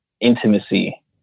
intimacy